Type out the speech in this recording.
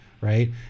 right